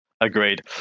Agreed